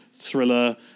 thriller